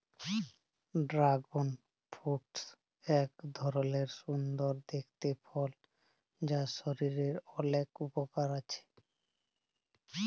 dragon fruit এক ধরলের সুন্দর দেখতে ফল যার শরীরের অলেক উপকার আছে